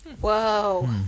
Whoa